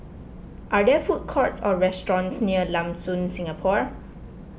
are there food courts or restaurants near Lam Soon Singapore